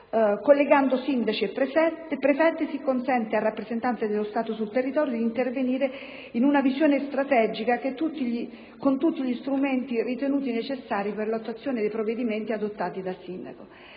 Collegando sindaci e prefetti si consente al rappresentate dello Stato sul territorio di intervenire, in una visione strategica, con tutti gli strumenti ritenuti necessari per l'attuazione dei provvedimenti adottati dal sindaco.